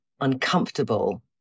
uncomfortable